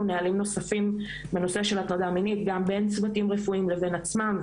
נהלים נוספים בנושא של הטרדה מינית גם בין צוותים רפואיים לבין עצמם,